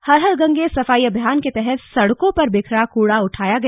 हर गंगे सफाई अभियान के तहत सड़कों पर बिखरा कूड़ा उठाया गया